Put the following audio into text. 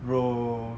bro